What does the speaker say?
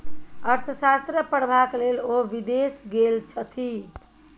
अर्थशास्त्र पढ़बाक लेल ओ विदेश गेल छथि